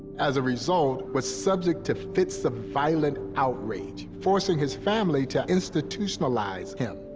as a result, was subject to fits of violent outrage, forcing his family to institutionalize him,